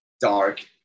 Dark